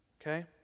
okay